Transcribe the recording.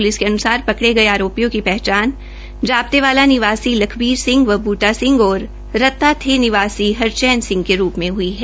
प्रलिस के अन्सार पकड़े गये आरोपियों की पहचान जापतेवाला निवासी लखबीर सिंह व बूटा सिंह और रत्ताथेह निवासी हरचैन सिंह के रूप में हुई है